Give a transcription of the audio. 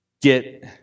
Get